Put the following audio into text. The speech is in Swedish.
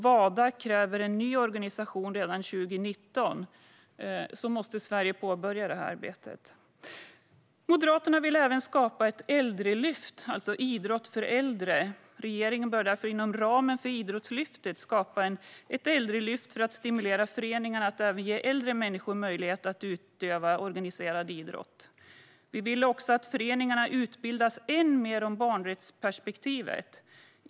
Wada kräver en ny organisation redan 2019. Sverige måste alltså påbörja arbetet. Moderaterna vill även skapa ett äldrelyft, alltså idrott för äldre. Regeringen bör, inom ramen för Idrottslyftet, skapa ett äldrelyft för att stimulera föreningarna att ge även äldre människor möjlighet att utöva organiserad idrott. Vi vill också att föreningarna utbildas än mer om barnrättsperspektivet.